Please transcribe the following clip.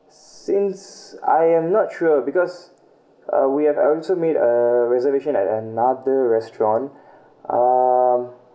since I am not sure because uh we have also made a reservation at another restaurant um